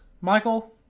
michael